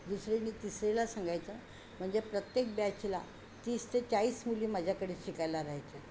दुसरीनी तिसरीला सांगायचं म्हणजे प्रत्येक बॅचला तीस ते चाळीस मुली माझ्याकडे शिकायला राहायच्या